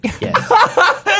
yes